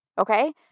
Okay